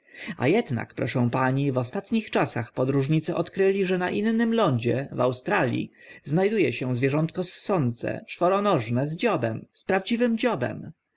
a ednak proszę pani w ostatnich czasach podróżnicy odkryli że na innym lądzie w australii zna du e się zwierzątko ssące czworonożne z dziobem z prawdziwym dziobem